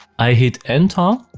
i hit enter,